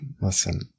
listen